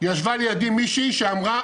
ישבה לידי מישהי שאמרה,